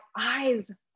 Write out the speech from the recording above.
eyes